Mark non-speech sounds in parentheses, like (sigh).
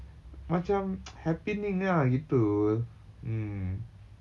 macam (noise) happening ah gitu mm